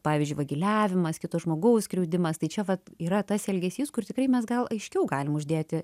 pavyzdžiui vagiliavimas kito žmogaus skriaudimas tai čia vat yra tas elgesys kur tikrai mes gal aiškiau galim uždėti